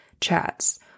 chats